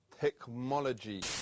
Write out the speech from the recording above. Technology